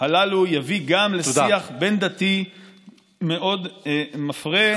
הללו יביא גם לשיח בין-דתי מאוד מפרה.